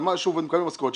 על מה שהוא מקבל משכורת,